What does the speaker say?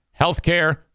Healthcare